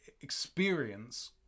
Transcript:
experience